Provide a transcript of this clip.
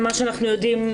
מה שאנחנו יודעים,